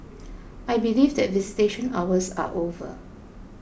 I believe that visitation hours are over